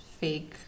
Fake